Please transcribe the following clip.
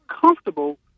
comfortable